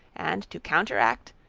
and to counteract,